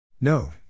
No